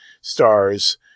stars